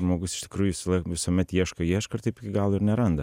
žmogus iš tikrųjų visąlaik visuomet ieško ieško ir taip iki galo ir neranda